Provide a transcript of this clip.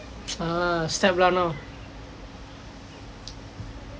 err step lah now